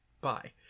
bye